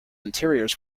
interiors